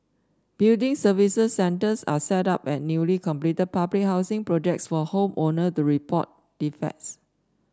building services centres are set up at newly completed public housing projects for home owner to report defects